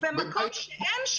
-- במקום שאין,